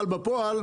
אבל בפועל,